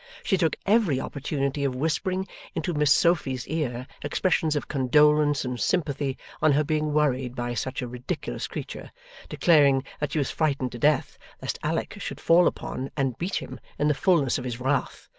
she took every opportunity of whispering into miss sophy's ear expressions of condolence and sympathy on her being worried by such a ridiculous creature, declaring that she was frightened to death lest alick should fall upon, and beat him, in the fulness of his wrath,